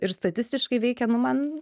ir statistiškai veikia nu man